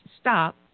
stop